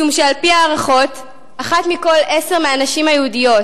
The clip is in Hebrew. משום שעל-פי ההערכות אחת מכל עשר מהנשים היהודיות